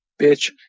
bitch